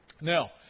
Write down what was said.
Now